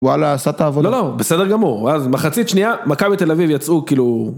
וואלה עשית עבודה. לא לא בסדר גמור אז מחצית שנייה מקווי תל אביב יצאו כאילו.